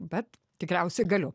bet tikriausi galiu